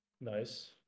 Nice